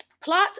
Plot